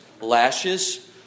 lashes